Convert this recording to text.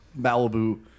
Malibu